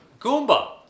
Goomba